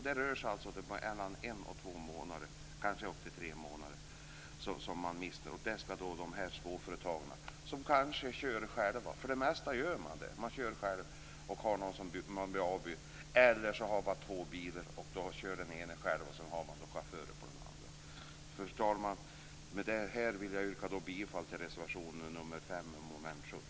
Det rör sig om att man mister körkortet en à två månader, upp till tre månader, och detta drabbar åkerinäringens småföretagare, som för det mesta kör själva och blir avbytta eller också har två bilar och kör den ena själv och har chaufför för den andra. Fru talman! Med det här yrkar jag bifall till reservation nr 5 under mom. 17.